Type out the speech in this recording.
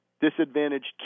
disadvantaged